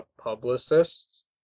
publicist